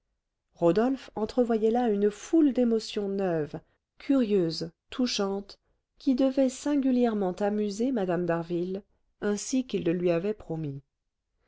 rodolphe entrevoyait là une foule d'émotions neuves curieuses touchantes qui devaient singulièrement amuser mme d'harville ainsi qu'il le lui avait promis